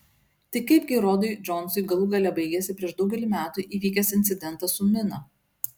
tai kaipgi rodui džonsui galų gale baigėsi prieš daugelį metų įvykęs incidentas su mina